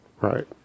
Right